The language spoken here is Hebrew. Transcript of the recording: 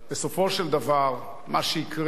בסופו של דבר, מה שיקרה,